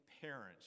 parents